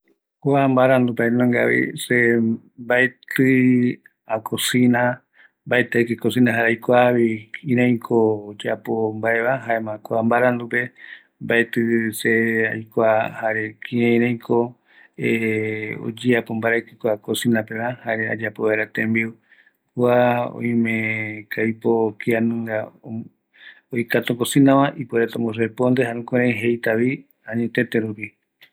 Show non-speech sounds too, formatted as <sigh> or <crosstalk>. ﻿Kua mbarandu mbaenungavi, se mbaetii akosina, mbaeti aike kosinape jare aikuaavi kiraiko oyeapo mbaeva, jaema kua mbarandupe, mbaeti se aikua jare kirairaiko <hesitation> oyeapo mbaraiki kau kosinapeva jare ayapo vaera tembiu, kua oimeko aipo kianunga oikatu okosinava oikatuta ipuere vaera omborresponde añetete rupi